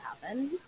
happen